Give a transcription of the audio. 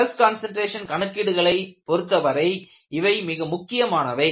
stress concentration கணக்கீடுகளை பொருத்தவரை இவை மிக முக்கியமானவை